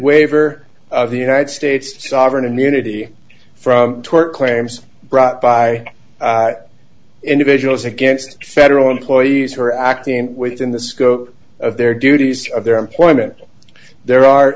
waiver of the united states sovereign immunity from tort claims brought by individuals against federal employees who are acting within the scope of their duties of their employment there are